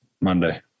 Monday